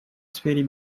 сфере